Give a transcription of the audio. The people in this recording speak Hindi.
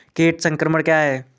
कीट संक्रमण क्या है?